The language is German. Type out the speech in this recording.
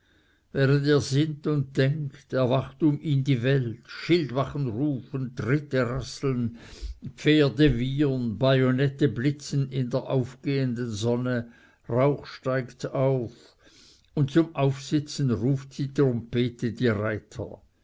er sinnt und denkt erwacht um ihn die welt schildwachen rufen tritte rasseln pferde wiehern bajonette blitzen in der aufsteigenden sonne rauch steigt auf und zum aufsitzen ruft die trompete die reiter